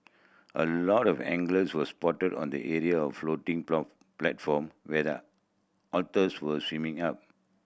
a lot of anglers was spotted on the area of floating platform where the otters were swimming up